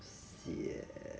sian